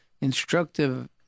instructive